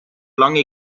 lange